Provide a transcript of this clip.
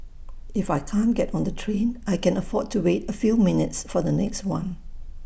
if I can't get on the train I can afford to wait A few minutes for the next one